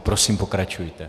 Prosím, pokračujte.